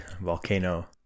volcano